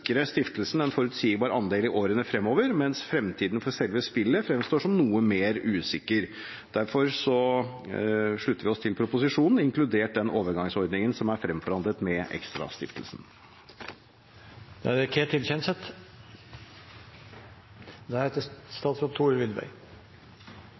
sikre stiftelsen en forutsigbar andel i årene fremover, mens fremtiden for selve spillet fremstår som noe mer usikker. Derfor slutter vi oss til proposisjonen, inkludert den overgangsordningen som er fremforhandlet med